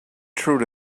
through